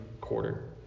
quarter